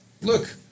look